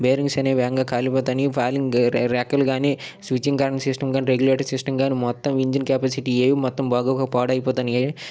bearings అనేవి వేగంగా కాలిపోతన్నాయి ఫాన్ రే రెక్కలు కానీ స్విచ్చింగ్ కరెంట్ సిస్టమ్ కానీ రెగ్యులేటింగ్ సిస్టమ్ కానీ మొత్తం ఇంజెన్ కెపాసిటీ ఏవి మొత్తం బాగోక పాడైపోతన్నాయి